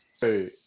Hey